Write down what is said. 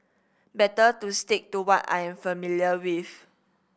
better to stick to what I am familiar with